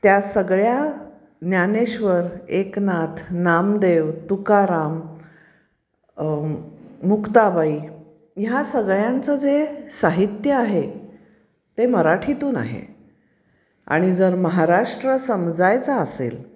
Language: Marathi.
त्या सगळ्या ज्ञानेश्वर एकनाथ नामदेव तुकाराम मुक्ताबाई ह्या सगळ्यांचं जे साहित्य आहे ते मराठीतून आहे आणि जर महाराष्ट्र समजायचा असेल